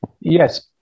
yes